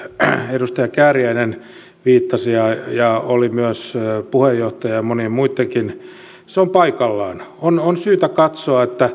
edustaja kääriäinen viittasi ja ja joka oli myös puheenjohtajan ja monien muittenkin puheissa on paikallaan on on syytä katsoa